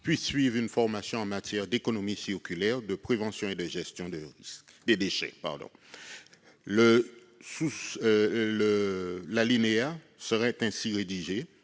puissent suivre une formation en matière d'économie circulaire, de prévention et de gestion des déchets. La parole est à M.